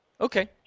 okay